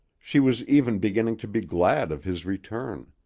she was even beginning to be glad of his return.